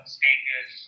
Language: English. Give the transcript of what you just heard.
stages